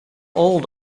old